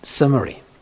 Summary